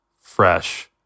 fresh